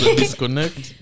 disconnect